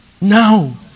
now